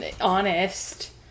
honest